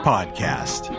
Podcast